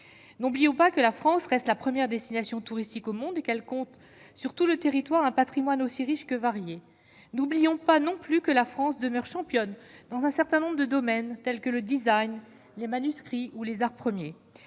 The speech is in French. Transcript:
n'oublions pas que la France reste la première destination touristique au monde et qu'elle compte sur tout le territoire, un Patrimoine aussi riche que varié, n'oublions pas non plus que la France demeure championne dans un certain nombre de domaines, tels que le Design, les manuscrits ou les arts premiers,